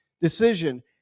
decision